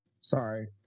sorry